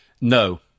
no